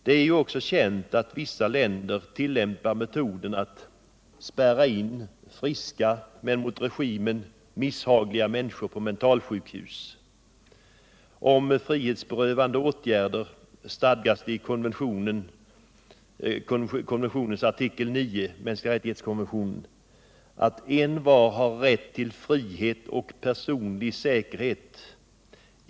Det är ju också känt att vissa länder tillämpar metoden att spärra in friska men mot regimen misshagliga människor på mentalsjukhus. Om frihetsberövande åtgärder stadgas det i konventionens artikel 9: ”Envar har rätt till frihet och personlig säkerhet.